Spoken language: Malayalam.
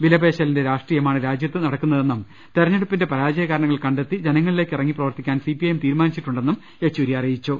വിലപേശലിന്റെ രാഷ്ട്രീയമാണ് രാജ്യത്ത് നട ക്കുന്നതെന്നും തിരഞ്ഞെടുപ്പിന്റെ പരാജയ കാരണങ്ങൾ കണ്ടെത്തി ജനങ്ങളിലേക്ക് ഇറങ്ങി പ്രവർത്തിക്കാൻ സിപിഐഎം തീരുമാനിച്ചി ട്ടുണ്ടെന്നും യെച്ചൂരി പറഞ്ഞു